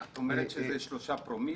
את אומרת שזה שלושה פרומיל?